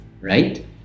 Right